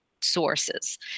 sources